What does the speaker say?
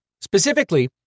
Specifically